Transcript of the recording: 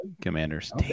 Commanders